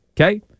Okay